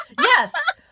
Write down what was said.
Yes